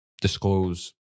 disclose